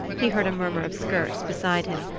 he heard a murmur of skirts beside him,